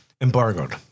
embargoed